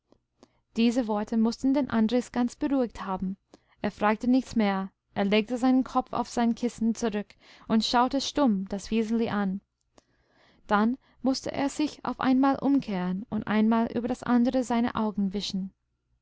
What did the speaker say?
diese worte mußten den andres ganz beruhigt haben er fragte nichts mehr er legte seinen kopf auf sein kissen zurück und schaute stumm das wiseli an dann mußte er sich auf einmal umkehren und ein mal über das andere seine augen wischen